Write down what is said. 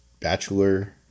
Bachelor